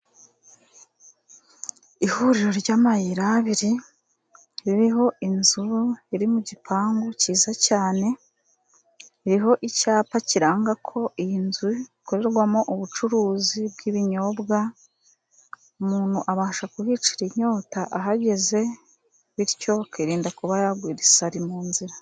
Ihuriro ry'amayira abiri ririho inzu iri mu gipangu cyiza cyane, ririho icyapa kiranga ko iyi nzu ikorerwamo ubucuruzi bw'ibinyobwa, umuntu abasha kuhicira inyota ahageze bityo akirinda kuba yagwira isari mu nzira.